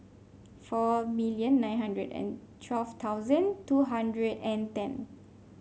four million nine hundred and twelve thousand two hundred and ten